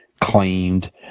claimed